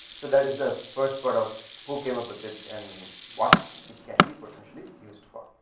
so that is the first part of who came up with it and what it can be potentially used for.